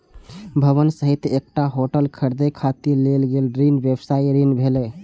भवन सहित एकटा होटल खरीदै खातिर लेल गेल ऋण व्यवसायी ऋण भेलै